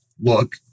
Look